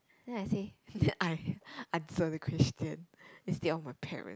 then I say I answer the question instead of my parent